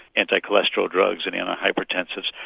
anti-cholesterol drugs and anti-hypertensives.